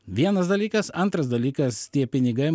vienas dalykas antras dalykas tie pinigai